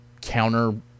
counter-